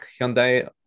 Hyundai